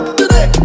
today